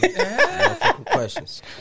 Questions